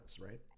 right